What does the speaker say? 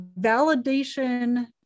validation